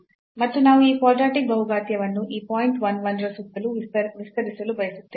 ಮತ್ತು ನಾವು ಈ ಕ್ವಾಡ್ರಾಟಿಕ್ ಬಹುಘಾತೀಯವನ್ನು ಈ ಪಾಯಿಂಟ್ 1 1 ರ ಸುತ್ತಲೂ ವಿಸ್ತರಿಸಲು ಬಯಸುತ್ತೇವೆ